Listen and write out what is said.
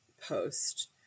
post